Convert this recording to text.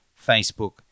Facebook